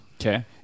Okay